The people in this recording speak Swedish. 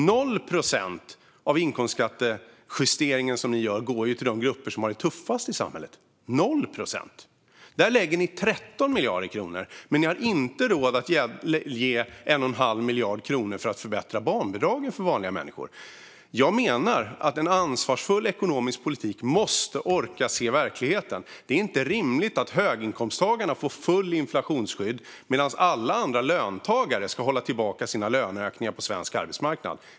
Noll procent av inkomstskattejusteringen som regeringen gör går till de grupper som har det tuffast i samhället. Noll procent! Regeringen lägger 13 miljarder kronor på den justeringen men har inte råd att lägga 1 1⁄2 miljard kronor på att förbättra barnbidragen för vanliga människor. Jag menar att en ansvarsfull ekonomisk politik måste orka se verkligheten. Det är inte rimligt att höginkomsttagarna får fullt inflationsskydd medan alla andra löntagare ska hålla tillbaka sina löneökningar på svensk arbetsmarknad.